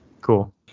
Cool